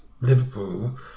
Liverpool